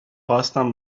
خواستم